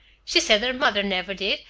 she said her mother never did,